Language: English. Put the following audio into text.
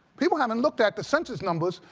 people haven't looked at the census numbers,